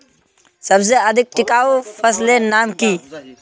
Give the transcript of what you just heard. सबसे अधिक टिकाऊ फसलेर नाम की?